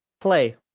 play